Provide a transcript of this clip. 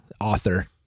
Author